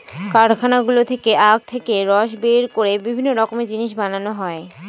কারখানাগুলো থেকে আখ থেকে রস বের করে বিভিন্ন রকমের জিনিস বানানো হয়